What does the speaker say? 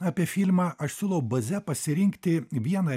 apie filmą aš siūlau baze pasirinkti vieną